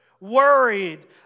worried